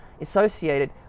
associated